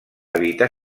evitar